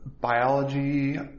biology